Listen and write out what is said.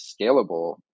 scalable